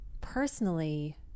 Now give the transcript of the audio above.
personally